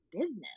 business